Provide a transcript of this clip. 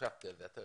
חשבתי על זכה.